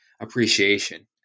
appreciation